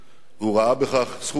הוא ראה בכך זכות אישית